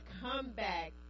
Comeback